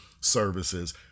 services